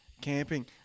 camping